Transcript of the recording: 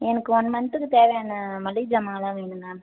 எனக்கு ஒன் மன்த்துக்கு தேவையான மளிகை ஜாமானெலாம் வேணும் மேம்